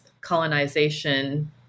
colonization